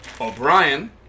O'Brien